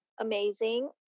amazing